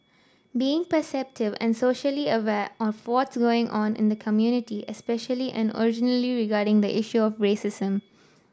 being perceptive and socially aware of what's going on in the community especially and originally regarding the issue of racism